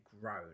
grown